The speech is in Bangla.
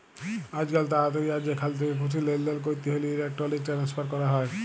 আইজকাল তাড়াতাড়ি আর যেখাল থ্যাকে খুশি লেলদেল ক্যরতে হ্যলে ইলেকটরলিক টেনেসফার ক্যরা হয়